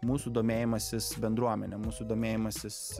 mūsų domėjimasis bendruomene mūsų domėjimasis